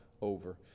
over